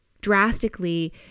drastically